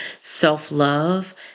self-love